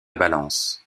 balance